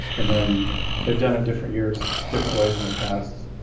and then they've done it different years, different ways in the past,